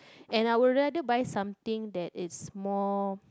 and I will rather buy something that is more